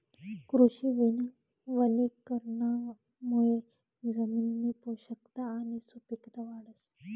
कृषी वनीकरणमुये जमिननी पोषकता आणि सुपिकता वाढस